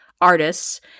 artists